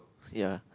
ya